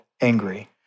angry